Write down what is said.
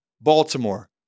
Baltimore